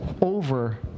over